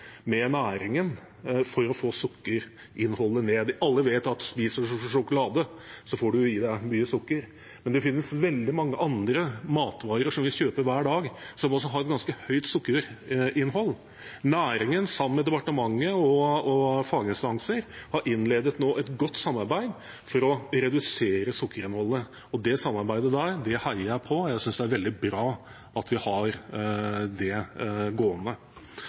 med næringen for å få sukkerinnholdet ned. Alle vet at spiser man sjokolade, får man i seg mye sukker. Men det finnes veldig mange andre matvarer som vi kjøper hver dag, som også har et ganske høyt sukkerinnhold. Næringen, sammen med departementet og faginstanser, har nå innledet et godt samarbeid for å redusere sukkerinnholdet. Og det samarbeidet heier jeg på. Jeg synes det er veldig bra at vi har det gående.